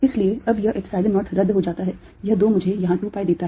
इसलिए अब यह Epsilon 0 रद्द हो जाता है यह 2 मुझे यहां 2 pi देता है